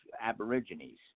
Aborigines